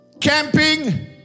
Camping